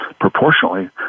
proportionally